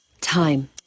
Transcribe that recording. time